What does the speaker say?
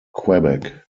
quebec